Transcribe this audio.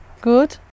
Good